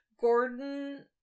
Gordon